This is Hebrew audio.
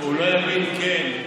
הוא לא יבין, כן.